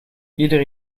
ieder